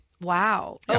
Wow